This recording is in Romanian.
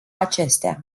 acestea